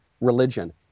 religion